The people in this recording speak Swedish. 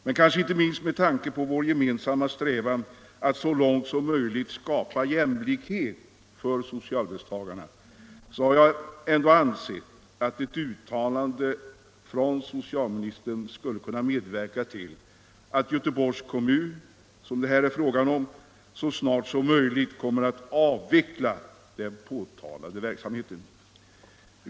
Men kanske inte minst med tanke på vår gemensamma strävan att så långt som möjligt skapa jämlikhet för socialhjälpstagarna har jag ändå ansett att ett uttalande från socialministern skulle kunna medverka till att Göteborgs kommun, som det här är fråga om, så snart som möjligt kommer att avveckla den påtalade verksamheten.